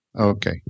Okay